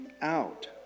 out